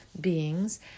beings